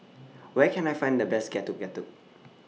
Where Can I Find The Best Getuk Getuk